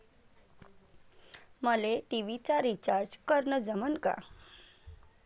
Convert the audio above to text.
मले टी.व्ही चा रिचार्ज करन जमन का?